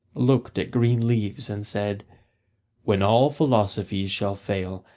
looked at green leaves and said when all philosophies shall fail,